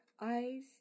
eyes